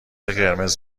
قرمز